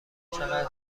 چقدر